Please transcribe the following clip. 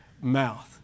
mouth